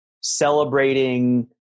celebrating